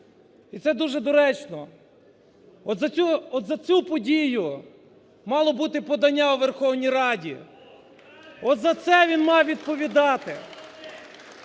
і це дуже доречно. От за цю подію мало бути подання у Верховній Раді, от за це він мав відповідати.